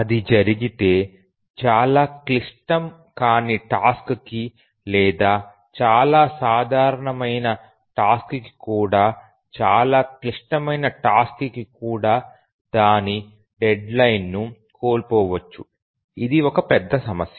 అది జరిగితే చాలా క్లిష్టం కాని టాస్క్ కి లేదా చాలా సాధారణమైన టాస్క్ కి కూడా చాలా క్లిష్టమైన టాస్క్ కి కూడా దాని డెడ్లైన్ ను కోల్పోవచ్చు ఇది ఒక పెద్ద సమస్య